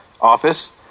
office